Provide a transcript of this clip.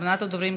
ואחרונת הדוברים,